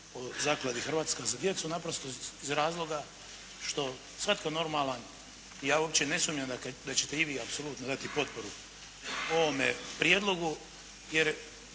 o Zakladi “Hrvatska za djecu“ naprosto iz razloga što svatko normalan i ja uopće ne sumnjam da ćete i vi apsolutno dati potporu ovome prijedlogu. Jer